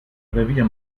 revier